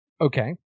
Okay